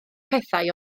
pethau